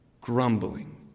Grumbling